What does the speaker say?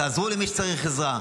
תעזרו למי שצריך עזרה.